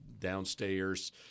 downstairs